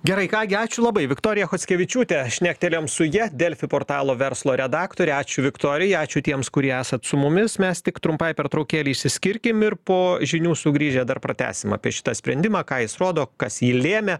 gerai ką gi ačiū labai viktorija chockevičiūtė šnektelėjom su ja delfi portalo verslo redaktorė ačiū viktorija ačiū tiems kurie esat su mumis mes tik trumpai pertraukėlei išsiskirkim ir po žinių sugrįžę dar pratęsim apie šitą sprendimą ką jis rodo kas jį lėmė